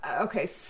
Okay